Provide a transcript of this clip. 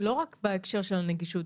לא רק בהקשר של הנגישות,